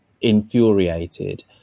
infuriated